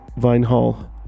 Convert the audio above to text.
Vinehall